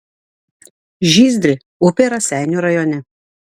žyzdrė upė raseinių rajone